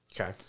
Okay